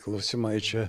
klausimai čia